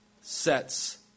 sets